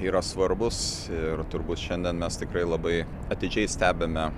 yra svarbūs ir turbūt šiandien mes tikrai labai atidžiai stebime